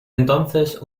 entonces